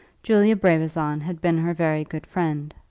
julia brabazon had been her very good friend.